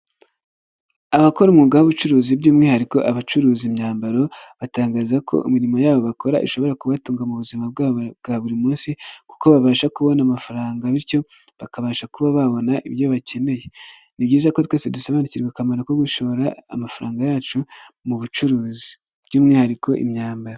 Abakora umwuga w'ubucuruzi by'umwihariko abacuruza imyambaro batangaza ko imirimo yabo bakora ishobora kubatunga mu buzima bwabo bwa buri munsi kuko babasha kubona amafaranga bityo bakabasha kuba babona ibyo bakeneye, ni byiza ko twese dusobanukirwa akamaro ko gushora amafaranga yacu mu bucuruzi by'umwihariko imyambaro.